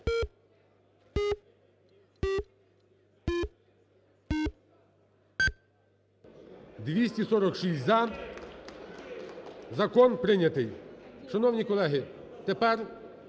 246 – за. Закон прийнятий. Шановні колеги, тепер